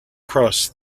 cross